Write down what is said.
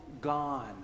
gone